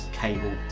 cable